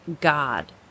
God